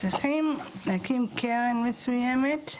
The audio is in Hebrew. צריך להקים קרן מסוימת,